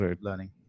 learning